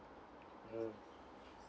mm